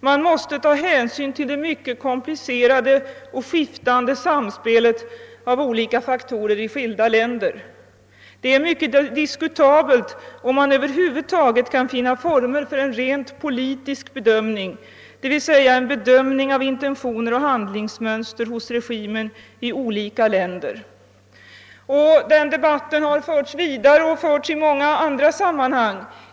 Man måste ta hänsyn till det mycket komplicerade och skiftande samspelet av olika faktorer i skilda länder. Det är mycket diskutabelt om man över huvud taget kan finna former för en rent politisk bedömning, d.v.s. en bedömning av intentioner och handlingsmönster hos regimer i olika länder.» Den debatten har förts vidare och förts i många andra sammanhang.